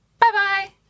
Bye-bye